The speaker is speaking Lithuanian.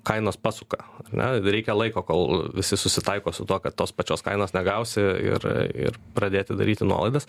kainos pasuka ar ne reikia laiko kol visi susitaiko su tuo kad tos pačios kainos negausi ir ir pradėti daryti nuolaidas